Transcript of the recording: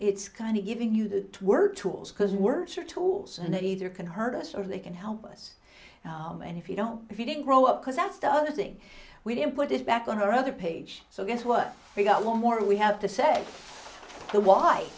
it's kind of giving you the word tools because words are tools and it either can hurt us or they can help us and if you don't if you didn't grow up because that's the other thing we didn't put it back on our other page so guess what we got a lot more we have to say